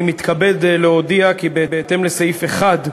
אני מתכבד להודיע, כי בהתאם לסעיף 1,